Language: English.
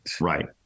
Right